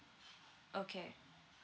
okay